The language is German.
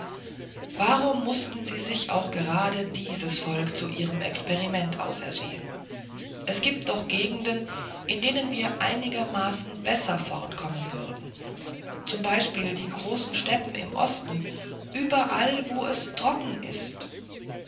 warum mußten sie sich auch gerade dieses volk zu ihrem experiment ausersehen es gibt doch gegenden in denen wir einigermaßen besser fortkommen würden zum beispiel die großen steppen im osten und überall wo es trocken ist